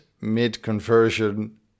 mid-conversion